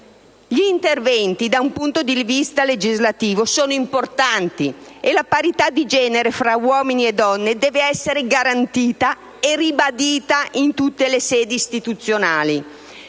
Gli interventi da un punto di vista legislativo sono importanti e la parità di genere tra uomini e donne deve essere garantita e ribadita in tutte le sedi istituzionali.